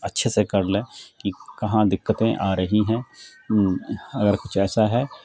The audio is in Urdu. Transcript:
اچھے سے کر لیں کہ کہاں دقتیں آ رہی ہیں اگر کچھ ایسا ہے